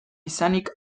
izanik